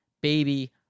baby